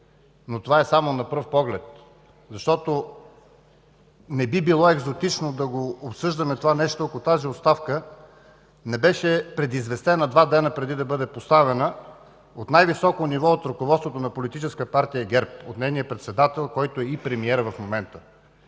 Но това е само на пръв поглед. Не би било екзотично да обсъждаме това нещо, ако тази оставка не беше предизвестена два дни преди да бъде поставена от най-високо ниво от ръководството на Политическа партия ГЕРБ, от нейния председател, който е и премиер в момента,